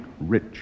Rich